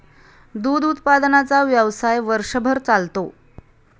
दूध उत्पादनाचा व्यवसाय वर्षभर चालतो